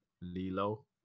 lilo